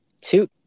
two